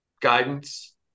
guidance